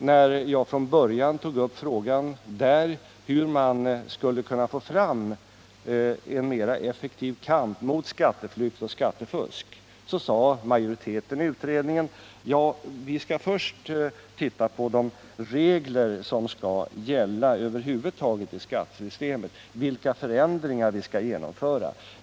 När jag från början tog upp frågan där om hur man på ett effektivare sätt skulle föra kampen mot skatteflykt och skattefusk, så sade majoriteten i utredningen: Ja, vi skall först skapa de regler som över huvud taget skall gälla i skattesystemet och genomföra nödvändiga förändringar.